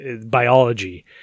biology